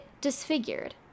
disfigured